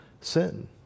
sin